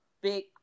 big